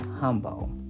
humble